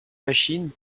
machine